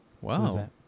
Wow